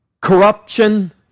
corruption